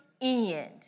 end